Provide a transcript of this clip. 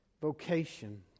Vocation